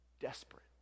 Desperate